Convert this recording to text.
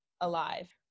alive